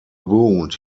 wound